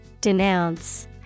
Denounce